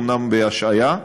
אומנם בהשהיה,